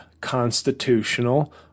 constitutional